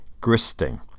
Gristing